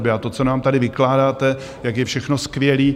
A to, co nám tady vykládáte, jak je všechno skvělé.